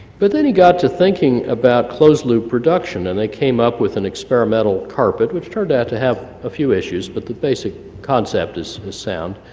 but then he got to thinking about closed-loop production, and they came up with an experimental carpet, which turned out to have a few issues, but the basic concept is sound.